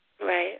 Right